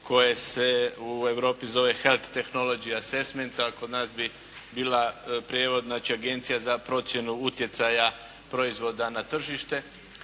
koje se u Europi zove Health technology assesment, a kod nas bi bila prijevod znači Agencija za procjenu utjecaja proizvoda na tržište